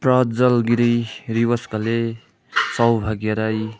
Prajwal Giri Riwaj Ghale Saubhagya Rai